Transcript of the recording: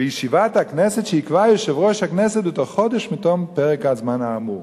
בישיבת הכנסת שיקבע יושב-ראש הכנסת בתוך חודש מתום פרק הזמן האמור".